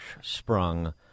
sprung